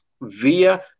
via